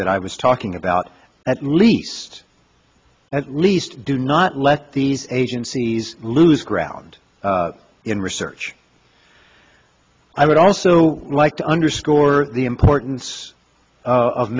that i was talking about at least at least do not let these agencies lose ground in research i would also like to underscore the importance of